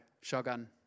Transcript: Shogun